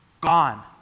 gone